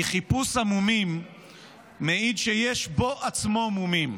כי חיפוש המומים מעיד שיש בו עצמו מומים,